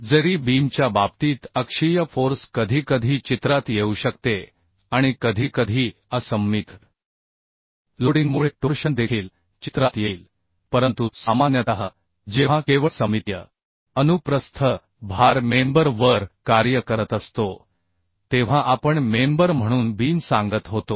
जरी बीमच्या बाबतीत अक्षीय फोर्स कधीकधी चित्रात येऊ शकते आणि कधीकधी असममित लोडिंगमुळे टोर्शन देखील चित्रात येईल परंतु सामान्यतः जेव्हा केवळ सममितीय अनुप्रस्थ भार मेंबर वर कार्य करत असतो तेव्हा आपण मेंबर म्हणून बीम सांगत होतो